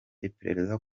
iperereza